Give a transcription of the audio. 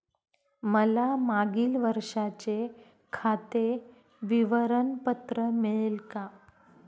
मला मागील वर्षाचे खाते विवरण पत्र मिळेल का?